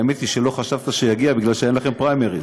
האמת היא שלא חשבת שיגיע כי אין לכם פריימריז.